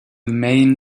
main